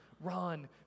run